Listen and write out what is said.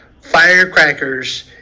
firecrackers